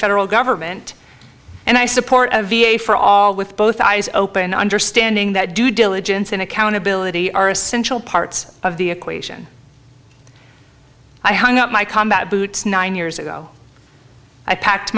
federal government and i support the v a for all with both eyes open understanding that due diligence and accountability are essential parts of the equation i hung up my combat boots nine years ago i packed